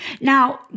Now